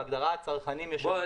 בהגדרה הצרכנים ישלמו יותר.